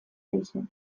naizen